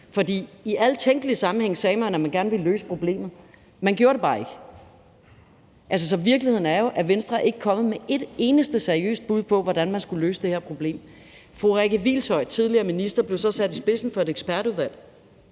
For i alle tænkelige sammenhænge sagde man, at man gerne ville løse problemet. Man gjorde det bare ikke. Så virkeligheden er jo, at Venstre ikke er kommet med et eneste seriøst bud på, hvordan man skulle løse det her problem. Fru Rikke Hvilshøj, den tidligere minister, blev så sat i spidsen for et ekspertudvalg,